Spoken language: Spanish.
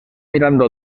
mirando